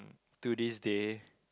to this day